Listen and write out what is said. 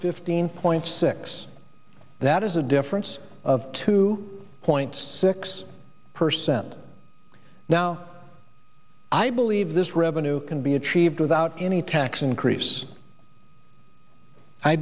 fifteen point six that is a difference of two point six percent now i believe this revenue can be achieved without any tax increase